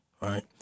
right